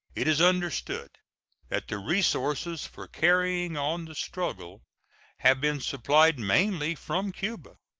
it is understood that the resources for carrying on the struggle have been supplied mainly from cuba,